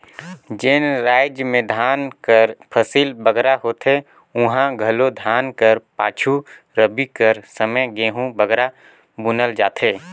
जेन राएज में धान कर फसिल बगरा होथे उहां घलो धान कर पाछू रबी कर समे गहूँ बगरा बुनल जाथे